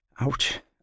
ouch